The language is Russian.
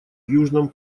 южном